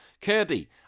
Kirby